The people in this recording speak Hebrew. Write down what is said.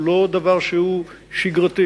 הוא לא דבר שהוא שגרתי.